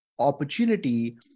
opportunity